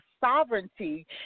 sovereignty